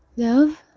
love.